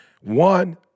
one